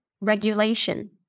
regulation